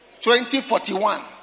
2041